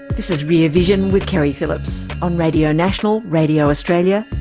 this is rear vision with keri phillips on radio national, radio australia,